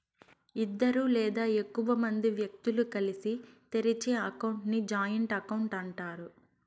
ఇద్దరు లేదా ఎక్కువ మంది వ్యక్తులు కలిసి తెరిచే అకౌంట్ ని జాయింట్ అకౌంట్ అంటారు